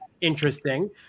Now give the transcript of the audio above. interesting